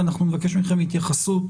אנחנו נבקש מכם התייחסות,